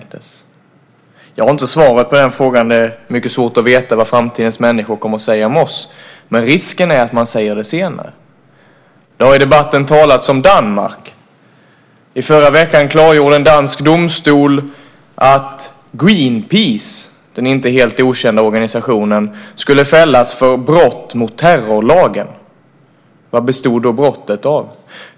Jag har inte svaret på den frågan - det är mycket svårt att veta vad framtidens människor kommer att säga om oss - men risken finns att man säger det senare. Det har i debatten talats om Danmark. I förra veckan klargjorde en dansk domstol att Greenpeace, den inte helt okända organisationen, skulle fällas för brott mot terrorlagen. Vad bestod då brottet av?